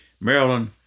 Maryland